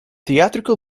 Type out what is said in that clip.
theatrical